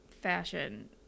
fashion